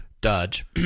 Dodge